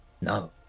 No